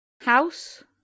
House